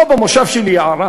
או במושב שלי יערה.